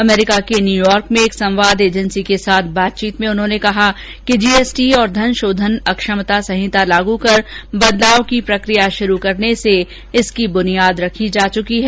अमरीका के न्यूयार्क में एक संवाद एजेंसी के साथ बातचीत में उन्होंने कहा कि जीएसटी और धन शोधन अक्षमता संहिता लागू कर बदलाव की प्रकिया शुरू करने से इसकी बुनियाद रखी जा चुकी है